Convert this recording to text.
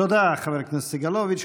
תודה, חבר הכנסת סגלוביץ'.